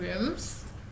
rooms